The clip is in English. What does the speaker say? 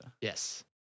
Yes